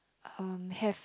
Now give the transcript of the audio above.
um have